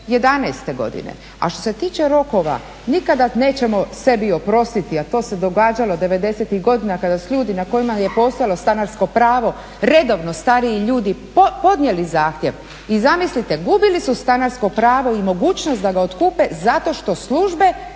2011. godine, a što se tiče rokova nikada nećemo sebi oprostiti, a to se događalo '90.-ih godina kada su ljudi na kojima je postojalo stanarsko pravo, redovno stariji ljudi, podnijeli zahtjev i zamislite gubili su stanarsko pravo i mogućnost da ga otkupe zato što službe